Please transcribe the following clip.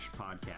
podcast